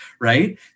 right